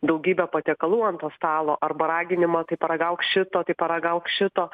daugybę patiekalų ant to stalo arba raginimo tai paragauk šito tai paragauk šito